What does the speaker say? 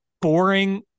boring